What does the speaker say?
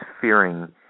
fearing